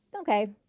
okay